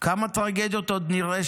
כמה טרגדיות עוד נראה,